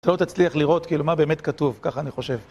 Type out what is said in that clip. אתה לא תצליח לראות כאילו מה באמת כתוב, ככה אני חושב